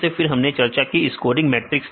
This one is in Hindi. फिर हमने चर्चा की स्कोरग मैट्रिक्स की